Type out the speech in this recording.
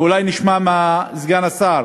ואולי נשמע מסגן השר